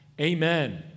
Amen